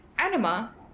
Anima